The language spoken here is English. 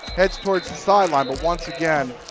heads toward the sideline. but once again,